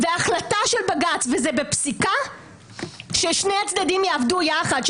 זאת החלטה של בג"ץ וזה בפסיקה ששני הצדדים יעבדו יחד,